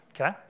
okay